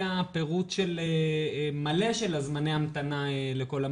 פירוט מלא של זמני ההמתנה לכל המעונות,